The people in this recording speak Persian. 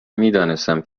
میدانستم